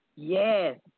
Yes